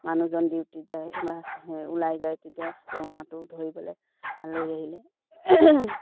মানুহজন ডিউটিত যায় বা ওলাই যায় তেতিয়া তেওঁক মাতো ধৰিবলৈ আলহী আহিলে